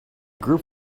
group